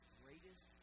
greatest